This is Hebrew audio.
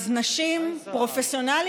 אז נשים פרופסיונליות,